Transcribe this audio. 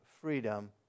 freedom